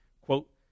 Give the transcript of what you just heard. quote